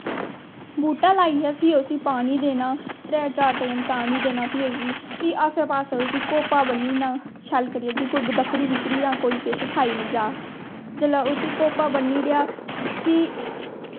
बूह्टा लाइयै फ्ही उसी पानी देना त्रै चार टैम पानी देना फ्ही उसी फ्ही आसै पास्सै उसी घोप्पा ब'न्नी ओड़ना शैल करियै क् कोई बक्करी बुक्करी जां कोई किश खाई नी जा जिसलै उसी घोप्पा ब'न्नी ओड़ेआ फ्ही